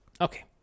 Okay